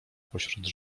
pośród